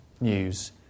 news